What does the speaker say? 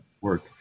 work